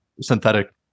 synthetic